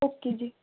okay ਜੀ